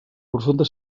profunda